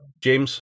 James